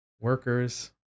workers